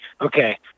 Okay